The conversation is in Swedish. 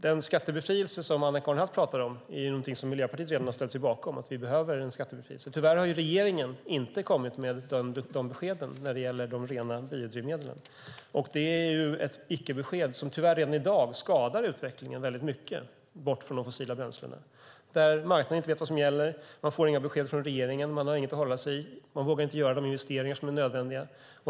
Den skattebefrielse som Anna-Karin Hatt talar om är något som Miljöpartiet redan har ställt sig bakom. Tyvärr har regeringen inte kommit med de beskeden när det gäller de rena biodrivmedlen. Det är ett icke-besked som tyvärr redan i dag skadar utvecklingen bort från de fossila bränslen. Marknaden vet inte vad som gäller, får inga besked från regeringen och har inget att förhålla sig till, vågar inte göra nödvändiga investeringar.